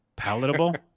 palatable